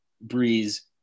Breeze